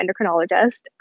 endocrinologist